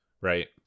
right